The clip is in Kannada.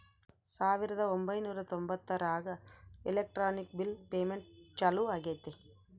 ಸಾವಿರದ ಒಂಬೈನೂರ ತೊಂಬತ್ತರಾಗ ಎಲೆಕ್ಟ್ರಾನಿಕ್ ಬಿಲ್ ಪೇಮೆಂಟ್ ಚಾಲೂ ಆಗೈತೆ